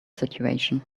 situation